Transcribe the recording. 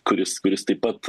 kuris kuris taip pat